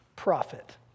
Profit